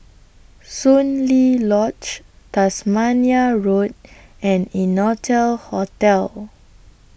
Soon Lee Lodge Tasmania Road and Innotel Hotel